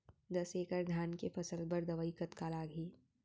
दस एकड़ धान के फसल बर दवई कतका लागही?